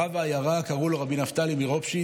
רב העיירה, שקראו לו רבי נפתלי מרופשיץ,